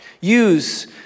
use